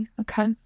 Okay